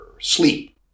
sleep